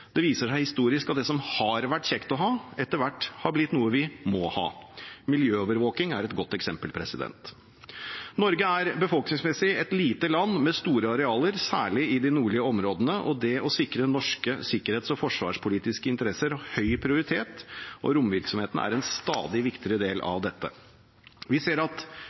Det viser seg historisk at det som har vært kjekt å ha, etter hvert har blitt noe vi må ha. Miljøovervåking er et godt eksempel. Norge er befolkningsmessig et lite land med store arealer, særlig i de nordlige områdene. Det å sikre norske sikkerhets- og forsvarspolitiske interesser har høy prioritet, og romvirksomheten er en stadig viktigere del av dette. Vi ser at